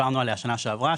שדיברנו עליה שנה שעברה,